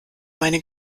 meine